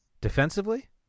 defensively